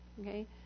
okay